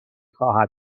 خواهد